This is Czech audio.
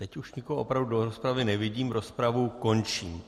Teď už nikoho opravdu do rozpravy nevidím, rozpravu končím.